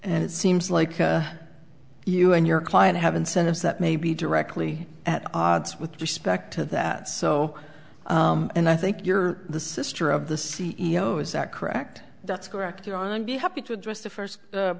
and it seems like you and your client have incentives that may be directly at odds with respect to that so and i think you're the sister of the c e o is that correct that's correct you're on be happy to address the first